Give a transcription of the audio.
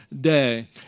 day